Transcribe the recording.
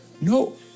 no